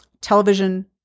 television